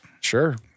Sure